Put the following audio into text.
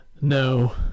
No